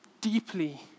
deeply